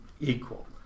equal